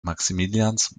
maximilians